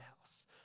house